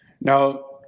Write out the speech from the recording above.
now